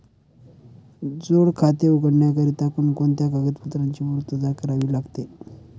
जोड खाते उघडण्याकरिता कोणकोणत्या कागदपत्रांची पूर्तता करावी लागते?